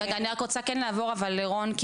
רגע, אני רק רוצה כן לעבור אבל לרון.